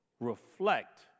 reflect